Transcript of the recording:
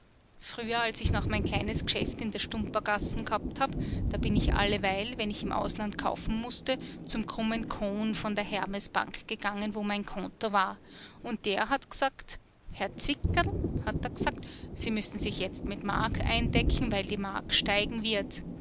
früher als ich noch mein kleines geschäft in der stumpergassen gehabt habe da bin ich alleweil wenn ich im ausland kaufen mußte zum krummen kohn von der hermesbank gegangen wo mein konto war und der hat gesagt herr zwickerl hat er gesagt sie müssen sich jetzt mit mark eindecken weil die mark steigen wird